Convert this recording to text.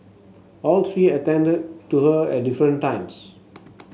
all three attended to her at different times